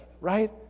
right